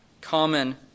common